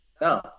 No